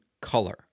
color